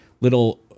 little